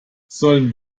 sollen